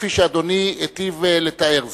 כפי שאדוני היטיב לתאר זאת.